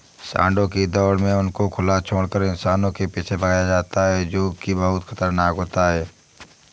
सांडों की दौड़ में उनको खुला छोड़कर इंसानों के पीछे भगाया जाता है जो की बहुत खतरनाक होता है